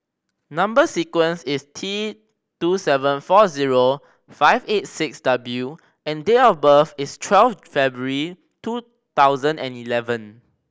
number sequence is T two seven four zero five eight six W and date of birth is twelve February two thousand and eleven